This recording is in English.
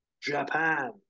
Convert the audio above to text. Japan